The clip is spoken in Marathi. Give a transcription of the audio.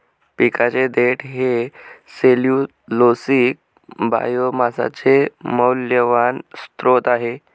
पिकाचे देठ हे सेल्यूलोसिक बायोमासचे मौल्यवान स्त्रोत आहे